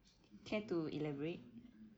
care to elaborate